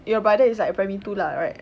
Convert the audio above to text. your brother is like primary two lah right